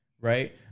right